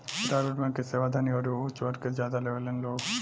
private bank के सेवा धनी अउरी ऊच वर्ग के ज्यादा लेवेलन लोग